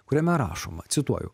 kuriame rašoma cituoju